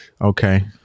Okay